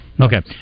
Okay